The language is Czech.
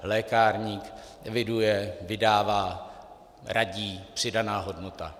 Lékárník eviduje, vydává, radí přidaná hodnota.